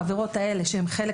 בעבירות האלה שהן חלק